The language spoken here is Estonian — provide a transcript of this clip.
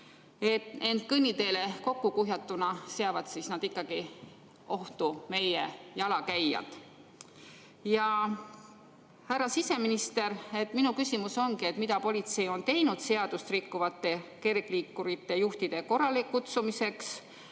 ent kõnniteele kokku kuhjatuna seavad nad ohtu meie jalakäijad. Härra siseminister, minu küsimus ongi, mida politsei on teinud seadust rikkuvate kergliikurijuhtide korralekutsumiseks.